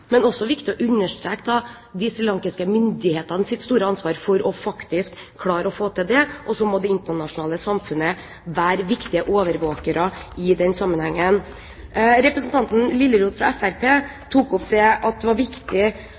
Men det er også viktig å understreke de srilankiske myndighetenes store ansvar for å klare å få det til, og så må det internasjonale samfunnet være viktige overvåkere i den sammenhengen. Representanten Liljeroth fra Fremskrittspartiet tok opp at det var viktig